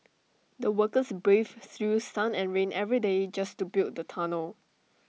the workers braved through sun and rain every day just to build the tunnel